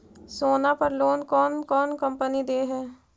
सोना पर लोन कौन कौन कंपनी दे है?